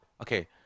okay